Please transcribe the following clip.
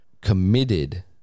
committed